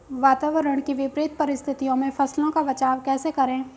वातावरण की विपरीत परिस्थितियों में फसलों का बचाव कैसे करें?